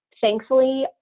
thankfully